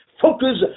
Focus